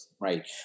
Right